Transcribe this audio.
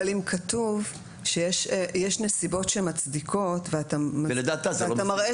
אם כתוב שיש נסיבות שמצדיקות ואתה מראה